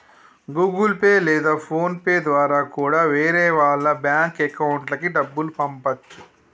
Google pay లేదా PhonePe ద్వారా కూడా వేరే వాళ్ళ బ్యేంకు అకౌంట్లకి డబ్బుల్ని పంపచ్చు